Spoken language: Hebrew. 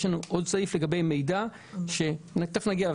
יש לנו עוד סעיף לגבי מידע שתכף נגיע אליו.